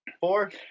four